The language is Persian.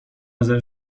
نظر